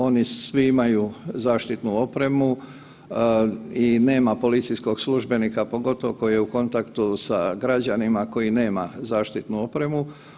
Oni svi imaju zaštitnu opremu i nema policijskog službenika pogotovo koji je u kontaktu sa građanima koji nema zaštitnu opremu.